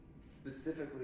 specifically